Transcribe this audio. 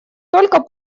только